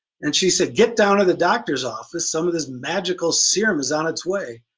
and she said get down to the doctor's office, some of this magical serum is on its way.